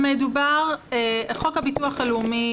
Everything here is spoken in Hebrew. חוק הביטוח הלאומי,